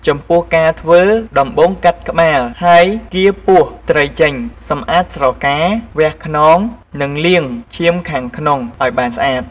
ចំពោះការធ្វើ ដំបូងកាត់ក្បាល ហើយកៀរពោះត្រីចេញ សម្អាតស្រកា វះខ្នង និងលាងឈាមខាងក្នុងឱ្យបានស្អាត។